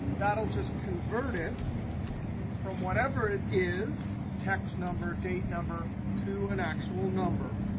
that'll just convert it from whatever it is, text number, date number, to an actual number.